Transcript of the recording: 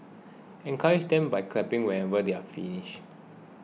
encourage them by clapping whenever they finish